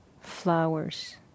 flowers